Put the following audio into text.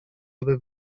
aby